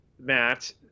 matt